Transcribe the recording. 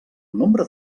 nombre